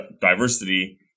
diversity